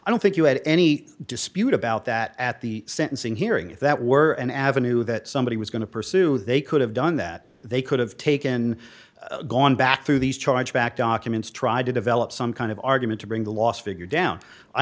i don't think you had any dispute about that at the sentencing hearing if that were an avenue that somebody was going to pursue they could have done that they could have taken gone back through these chargeback documents tried to develop some kind of argument to bring the last figure down i